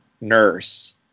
nurse